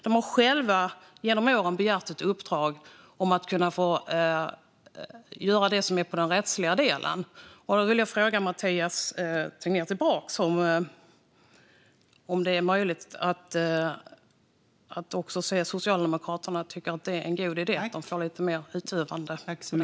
Man har själv genom åren begärt att få i uppdrag att göra det som ligger inom den rättsliga delen. Jag vill därför ställa en fråga tillbaka till Mathias Tegnér: Tycker också Socialdemokraterna att det är en god idé att Konkurrensverket får ett större uppdrag?